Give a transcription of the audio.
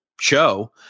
show